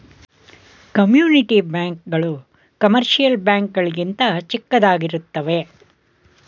community bank ಗಳು commercial bank ಗಳಿಗಿಂತ ಚಿಕ್ಕದಾಗಿರುತ್ತವೆ